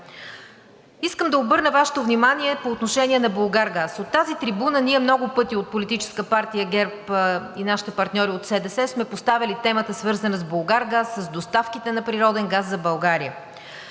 Искам да обърна Вашето внимание по отношение на „Булгаргаз“. От тази трибуна много пъти от Политическа партия ГЕРБ и нашите партньори от СДС сме поставяли темата, свързана с „Булгаргаз“, с доставките на природен газ за България.